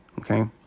okay